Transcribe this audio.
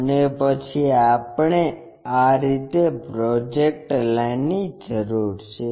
અને પછી આપણે આ રીતે પ્રોજેક્ટર લાઇનની જરૂર છે